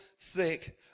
thick